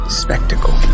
spectacle